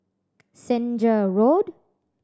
Senja Road